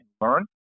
learn